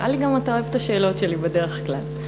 נראה לי שאתה אוהב את השאלות שלי בדרך כלל.